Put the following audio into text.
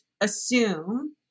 assume